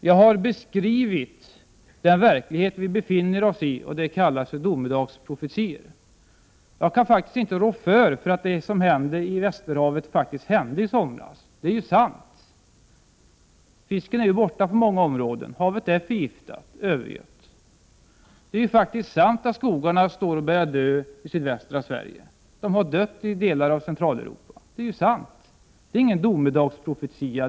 Jag har red Sida: beskrivit den verklighet vi lever i, och det kallas för domedagsprofetior. Jag kaninte rå för att det som hände i Västerhavet faktiskt hände i somras. Det är sant. Fisken är borta på många områden. Havet är förgiftat, övergött. Det är faktiskt sant att skogarna börjat dö i sydvästra Sverige. De har dött i delar av Centraleuropa. Det är sant. Det är ingen domedagsprofetia.